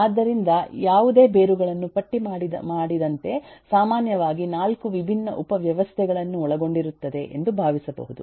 ಆದ್ದರಿಂದ ಯಾವುದೇ ಬೇರುಗಳನ್ನು ಪಟ್ಟಿ ಮಾಡಿದಂತೆ ಸಾಮಾನ್ಯವಾಗಿ ನಾಲ್ಕು ವಿಭಿನ್ನ ಉಪವ್ಯವಸ್ಥೆಗಳನ್ನು ಒಳಗೊಂಡಿರುತ್ತದೆ ಎಂದು ಭಾವಿಸಬಹುದು